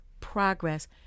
progress